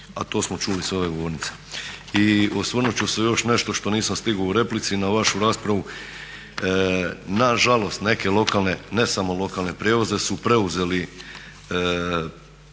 a to smo čuli sa ove govornice. I osvrnut ću se još nešto što nisam stigao u replici na vašu raspravu, na žalost neke lokalne, ne samo lokalne prijevoze su preuzeli